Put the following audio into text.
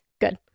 Good